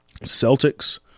Celtics